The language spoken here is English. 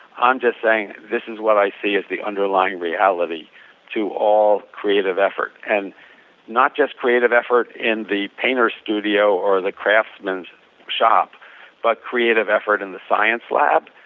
i'm just saying this is what i see as the underlying reality to all creative effort and not just creative effort in the paint or studio or the craftsman's shop but creative effort in the science lab,